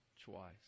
Twice